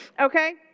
okay